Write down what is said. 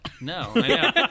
no